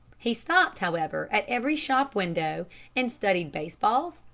he stopped, however, at every shop window and studied baseballs,